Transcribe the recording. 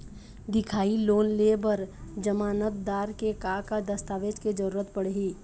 दिखाही लोन ले बर जमानतदार के का का दस्तावेज के जरूरत पड़ही?